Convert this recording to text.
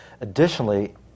Additionally